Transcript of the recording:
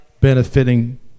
benefiting